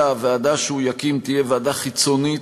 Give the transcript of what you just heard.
אלא הוועדה שהוא יקים תהיה ועדה חיצונית,